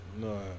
No